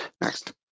Next